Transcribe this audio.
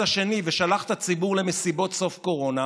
השני ושלח את הציבור למסיבות סוף קורונה,